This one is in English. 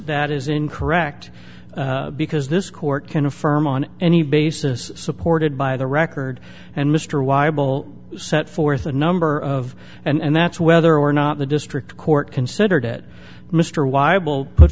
that is incorrect because this court can affirm on any basis supported by the record and mr wible set forth a number of and that's whether or not the district court considered it mr wible put